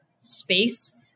space